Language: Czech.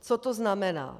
Co to znamená?